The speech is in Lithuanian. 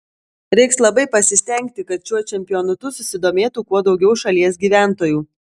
reiks labai pasistengti kad šiuo čempionatu susidomėtų kuo daugiau šalies gyventojų